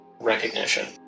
recognition